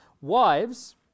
Wives